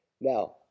Now